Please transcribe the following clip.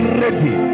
ready